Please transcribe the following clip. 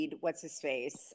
What's-His-Face